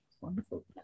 Wonderful